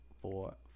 four